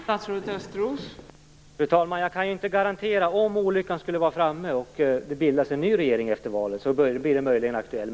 Fru talman! Jag kan inte garantera att avgiften inte blir aktuell om olyckan skulle vara framme, och en ny regering bildas efter valet. Då kan den möjligen bli det.